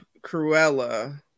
Cruella